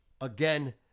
again